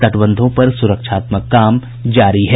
तटबंधों पर सुरक्षात्मक कार्य जारी है